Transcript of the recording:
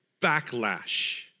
backlash